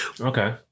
Okay